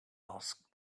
asked